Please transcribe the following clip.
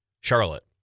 Charlotte